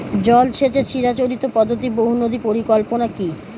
জল সেচের চিরাচরিত পদ্ধতি বহু নদী পরিকল্পনা কি?